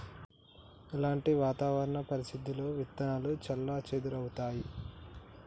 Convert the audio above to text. ఎలాంటి వాతావరణ పరిస్థితుల్లో విత్తనాలు చెల్లాచెదరవుతయీ?